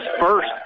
first